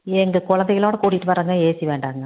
எங்கள் குழந்தைங்களோட கூட்டிகிட்டு வரறோங்க ஏசி வேண்டாங்க